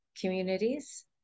communities